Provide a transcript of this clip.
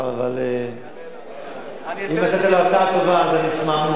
אבל אם נתת לו הצעה טובה אני אשמח מאוד,